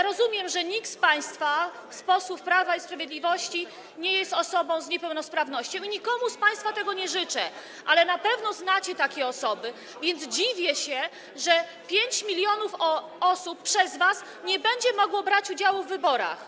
Rozumiem, że nikt z państwa, z posłów Prawa i Sprawiedliwości nie jest osobą z niepełnosprawnością, nikomu z państwa tego nie życzę, ale na pewno znacie takie osoby, więc dziwię się, że 5 mln osób przez was nie będzie mogło brać udziału w wyborach.